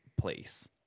place